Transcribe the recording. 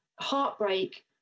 heartbreak